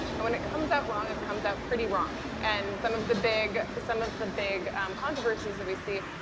and when it comes out wrong, it comes out pretty wrong, and some of the big, some of the big controversies that we see,